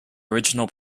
original